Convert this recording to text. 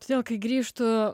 todėl kai grįžtu